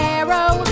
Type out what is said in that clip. arrow